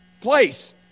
place